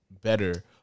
Better